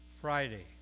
Friday